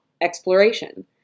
exploration